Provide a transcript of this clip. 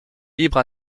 libre